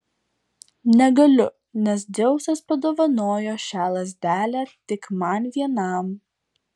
negaliu nes dzeusas padovanojo šią lazdelę tik man vienam